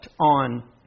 on